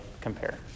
compare